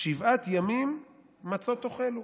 "שבעת ימים מצות תאכלו